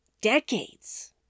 decades